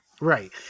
Right